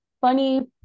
funny